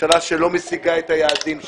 ממשלה שלא משיגה את היעדים שלה.